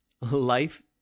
Life